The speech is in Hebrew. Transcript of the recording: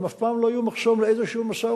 הן אף פעם לא יהיו מחסום לאיזשהו משא-ומתן.